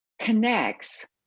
connects